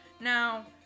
now